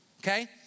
Okay